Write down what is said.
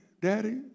Daddy